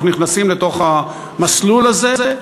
אנחנו נכנסים למסלול הזה,